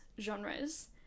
genres